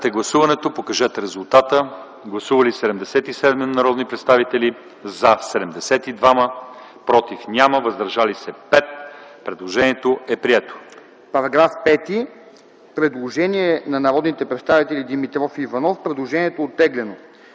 По § 4 има предложение от народните представители Димитров и Иванов. Предложението е оттеглено.